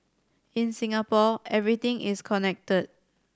in Singapore everything is connected